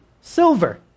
silver